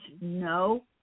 no